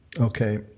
Okay